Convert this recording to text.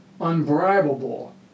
unbribable